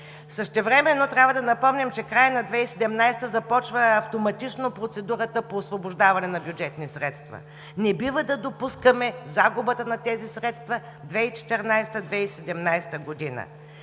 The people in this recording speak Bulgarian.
Същевременно трябва да напомним, че в края на 2017 г. започва автоматично процедурата по освобождаване на бюджетни средства. Не бива да допускаме загубата на тези средства 2014 – 2017 г.